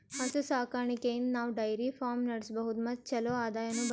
ಹಸು ಸಾಕಾಣಿಕೆಯಿಂದ್ ನಾವ್ ಡೈರಿ ಫಾರ್ಮ್ ನಡ್ಸಬಹುದ್ ಮತ್ ಚಲೋ ಆದಾಯನು ಬರ್ತದಾ